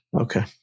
Okay